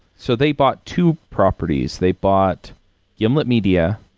so they bought two properties. they bought gimlet media,